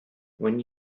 when